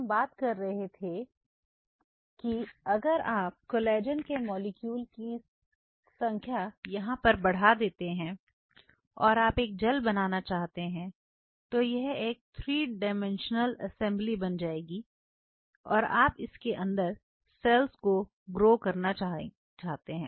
हम बता रहे थे कि अगर आप कोलेजन के मॉलिक्यूल का की संख्या यहां पर बढ़ा देते हैं और आप एक जेल बनाना चाहते हैं तो यह एक 3 डाइमेंशनल असेंबली बन जाएगी और आप इसके अंदर सेल्स को ग्रो करना चाहते हैं